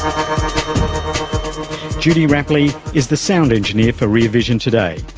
um judy rapley is the sound engineer for rear vision today.